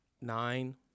nine